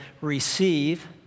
receive